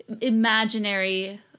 imaginary